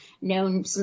known